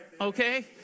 Okay